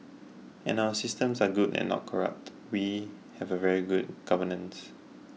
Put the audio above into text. and our systems are good and not corrupt we have a very good governance